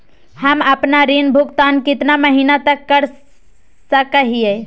हम आपन ऋण भुगतान कितना महीना तक कर सक ही?